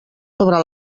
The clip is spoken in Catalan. sobre